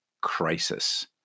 crisis